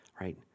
right